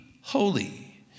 holy